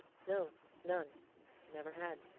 no none never had,